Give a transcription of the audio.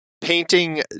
Painting